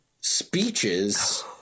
speeches